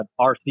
rc